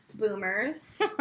boomers